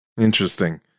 Interesting